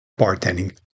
bartending